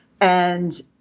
And-